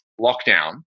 lockdown